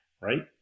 right